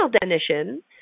definition